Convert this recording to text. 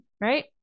right